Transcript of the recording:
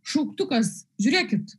šauktukas žiūrėkit